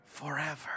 forever